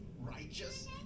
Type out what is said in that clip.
righteous